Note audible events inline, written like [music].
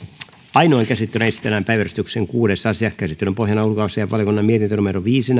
ainoaan käsittelyyn esitellään päiväjärjestyksen kuudes asia käsittelyn pohjana on ulkoasiainvaliokunnan mietintö viisi [unintelligible]